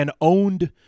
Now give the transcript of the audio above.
owned